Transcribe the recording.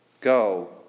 Go